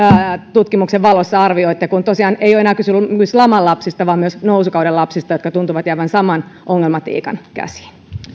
tutkimuksen valossa arvioitte kun tosiaan ei ole enää kysymys laman lapsista vaan myös nousukauden lapsista jotka tuntuvat jäävän saman ongelmatiikan käsiin